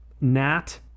nat